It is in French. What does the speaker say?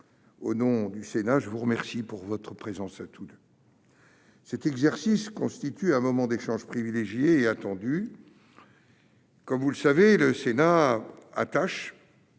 Au nom du Sénat tout entier, je vous remercie de votre présence. Cet exercice constitue un moment d'échange privilégié et attendu. Comme vous le savez, le Sénat attache